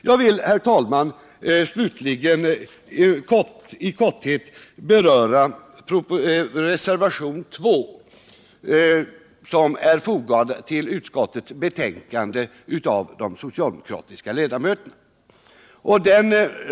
Jag vill, herr talman, slutligen i korthet beröra reservationen 2, som fogats till utskottsbetänkandet av de socialdemokratiska ledamöterna.